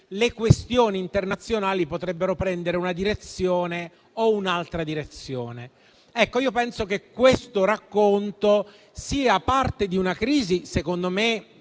le questioni internazionali potrebbero prendere una direzione o un'altra. Penso che questo racconto sia parte di una crisi secondo me